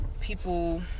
people